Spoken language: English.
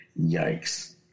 Yikes